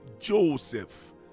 Joseph